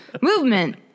Movement